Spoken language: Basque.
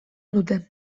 dute